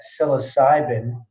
psilocybin